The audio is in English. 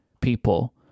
people